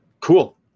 cool